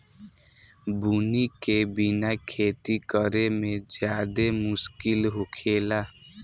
बुनी के बिना खेती करेमे ज्यादे मुस्किल होखेला